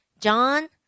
John